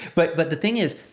but but the thing is,